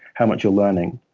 how much you're learning.